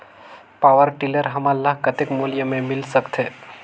Power tiller हमन ल कतेक मूल्य मे मिल सकथे?